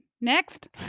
next